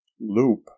Loop